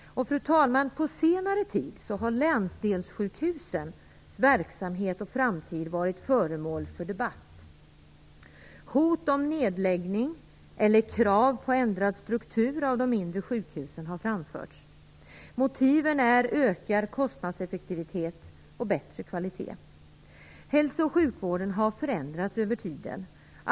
Fru talman! På senare tid har länsdelssjukhusens verksamhet och framtid varit föremål för debatt. Hot om nedläggning eller krav på ändrad struktur av de inre sjukhusen har framförts. Motiven är ökad kostnadseffektivitet och bättre kvalitet. Hälso och sjukvården har förändrats över tiden.